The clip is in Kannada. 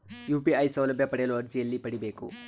ಯು.ಪಿ.ಐ ಸೌಲಭ್ಯ ಪಡೆಯಲು ಅರ್ಜಿ ಎಲ್ಲಿ ಪಡಿಬೇಕು?